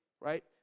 right